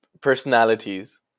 personalities